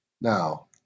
now